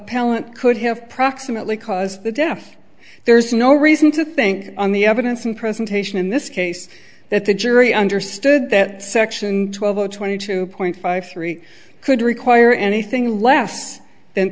appellant could have proximately cause the death there's no reason to think on the evidence and presentation in this case that the jury understood that section twelve zero twenty two point five three could require anything less than